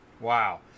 Wow